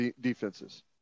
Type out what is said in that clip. defenses